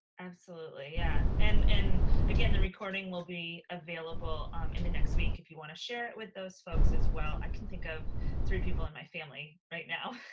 absolutely, yeah and and again, the recording will be available in the next week. if you wanna share it with those folks as well. i can think of three people in my family right now.